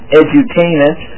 edutainment